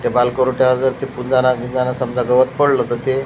त्या बाल करोट्यावर जर ते फुंजाना बिंजाना समजा गवत पडलं तर ते